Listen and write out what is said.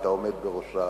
את העומד בראש.